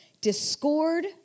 discord